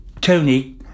Tony